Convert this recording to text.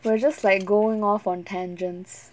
we're just like going off on tangents